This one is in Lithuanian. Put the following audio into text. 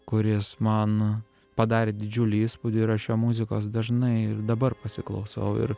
kuris man padarė didžiulį įspūdį ir aš jo muzikos dažnai ir dabar pasiklausau ir